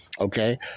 okay